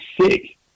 sick